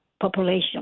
population